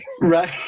Right